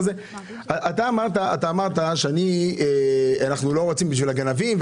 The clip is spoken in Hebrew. אמרת שאנחנו לא רוצים בשביל הגנבים,